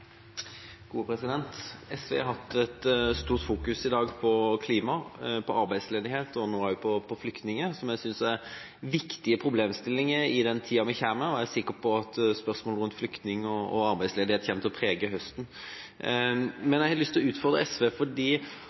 SV har hatt et stort fokus i dag på klima, på arbeidsledighet og nå også på flyktninger, som jeg synes er viktige problemstillinger i den tida vi er i. Jeg er sikker på at spørsmål om flyktninger og arbeidsledighet kommer til å prege høsten. Jeg har lyst til å utfordre SV,